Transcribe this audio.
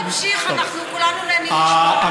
אה.